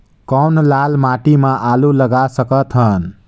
कौन लाल माटी म आलू लगा सकत हन?